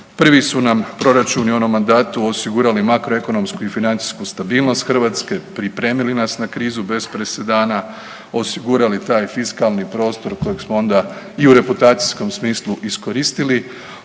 Prvi su nam proračuni u onom mandatu osigurali makroekonomsku i financijsku stabilnost Hrvatske, pripremili nas na krizu bez presedana, osigurali taj fiskalni prostor kojeg smo onda i u reputacijskom smislu iskoristili,